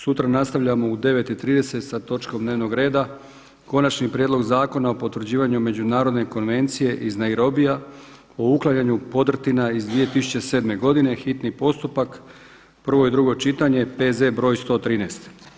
Sutra nastavljamo u 9,30 sa točkom dnevnog reda Konačni prijedlog Zakona o potvrđivanju Međunarodne konvencije iz Nairobija o uklanjanju podrtina iz 2007. godine, hitni postupak, prvo i drugo čitanje, P.Z. broj 113.